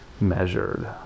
measured